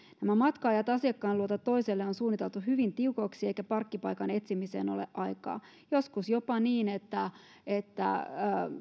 nämä matka ajat asiakkaan luota toisen luo on suunniteltu hyvin tiukoiksi eikä parkkipaikan etsimiseen ole aikaa joskus on jopa niin että että